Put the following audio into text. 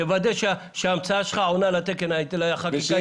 תוודא שההמצאה שלך עונה לחקיקה האיטלקית.